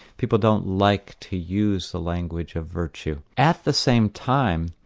people don't like to use the language of virtue. at the same time,